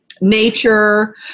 nature